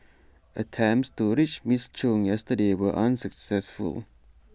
attempts to reach Ms chung yesterday were unsuccessful